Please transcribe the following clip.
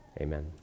Amen